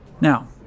Now